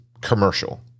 commercial